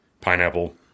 Pineapple